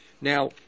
Now